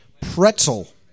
Pretzel